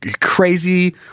crazy